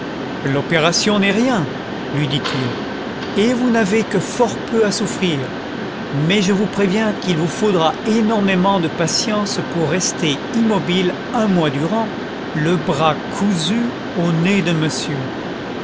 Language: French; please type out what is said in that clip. l'opération n'est rien lui dit-il et vous n'avez que fort peu à souffrir mais je vous préviens qu'il vous faudra énormément de patience pour rester immobile un mois durant le bras cousu au nez de monsieur